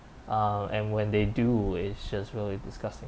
uh and when they do it's just really disgusting